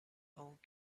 old